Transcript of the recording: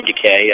decay